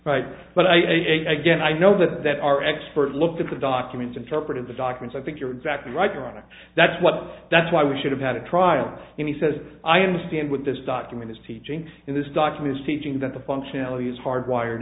right but i again i know that that our expert looked at the documents interpreted the documents i think you're exactly right there and that's what that's why we should have had a trial he says i understand what this document is teaching in this doctrine is teaching that the functionality is hardwired